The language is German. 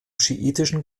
schiitischen